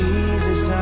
Jesus